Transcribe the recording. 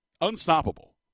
unstoppable